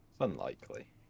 unlikely